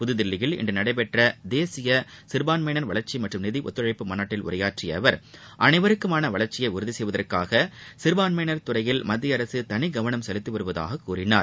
புதுதில்லியில் இன்று நடைபெற்ற தேசிய சிறுபான்மையினர் வளர்ச்சி மற்றும் நிதி ஒத்துழைப்பு மாநாட்டில் உரையாற்றிய அவர் அனைவருக்குமான வளர்ச்சியை உறுதி செய்வதற்காக சிறுபான்மையினர் துறையில் மத்திய அரசு தனி கவனம் செலுத்தி வருவதாக கூறினார்